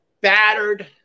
battered